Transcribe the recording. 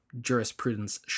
jurisprudence